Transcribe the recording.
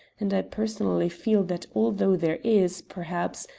and i personally feel that although there is, perhaps,